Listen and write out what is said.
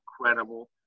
incredible